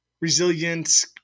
Resilience